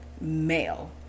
male